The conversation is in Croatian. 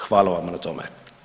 Hvala vam na tome.